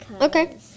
Okay